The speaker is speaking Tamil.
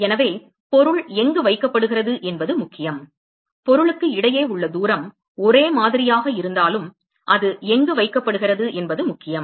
எனவே பொருள் எங்கு வைக்கப்படுகிறது என்பது முக்கியம் பொருளுக்கு இடையே உள்ள தூரம் ஒரே மாதிரியாக இருந்தாலும் அது எங்கு வைக்கப்படுகிறது என்பது முக்கியம்